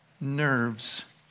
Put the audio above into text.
nerves